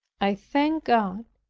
i thank god,